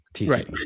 Right